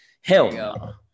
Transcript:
hell